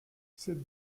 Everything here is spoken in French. cette